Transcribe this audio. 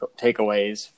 takeaways